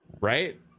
right